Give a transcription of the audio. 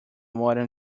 modern